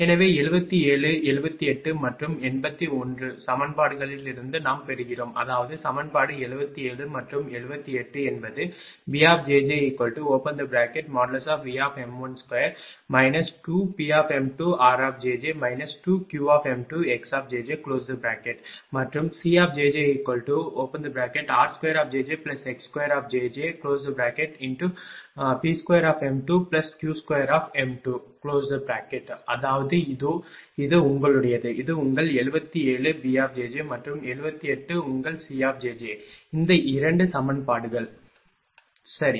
எனவே 77 78 மற்றும் 81 சமன்பாடுகளிலிருந்து நாம் பெறுகிறோம் அதாவது சமன்பாடு 77 மற்றும் 78 என்பது bjj|V|2 2Pm2rjj 2Qm2xjj மற்றும் cjjr2jjx2P2m2Q2 அதாவது இதோ இது உங்களுடையது இது உங்கள் 77 b மற்றும் 78 உங்கள் c இந்த 2 சமன்பாடுகள் சரி